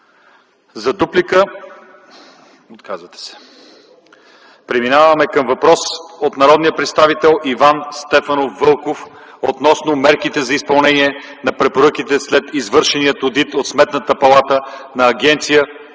от дуплика. Преминаваме към въпрос от народния представител Иван Стефанов Вълков относно мерките за изпълнение на препоръките след извършения одит от Сметната палата на Агенция